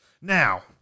Now